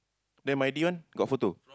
then my D one got photo